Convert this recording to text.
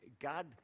God